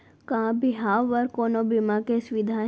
का बिहाव बर कोनो बीमा के सुविधा हे?